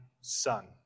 son